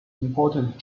important